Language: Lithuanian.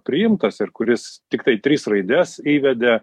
priimtas ir kuris tiktai tris raides įvedė